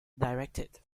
directed